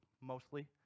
mostly